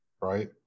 right